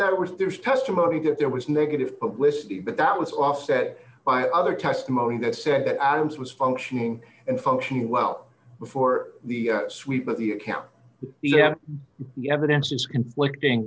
that was there's testimony that there was negative publicity but that was offset by other testimony that said that adams was functioning and folky well before the sweep of the account the evidence is conflicting